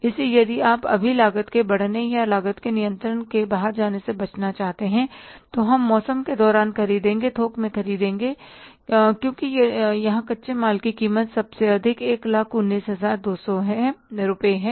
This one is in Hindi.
इसलिए यदि आप अभी लागत के बढ़ने से या लागत के नियंत्रण के बाहर जाने से बचना चाहते हैं तो हम मौसम के दौरान खरीदे थोक में खरीदें क्योंकि यहां कच्चे माल की कीमत सबसे अधिक 119 200 रुपये है